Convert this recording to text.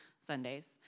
Sundays